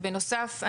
ובנוסף,